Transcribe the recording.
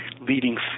leading